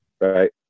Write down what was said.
right